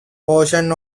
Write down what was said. portions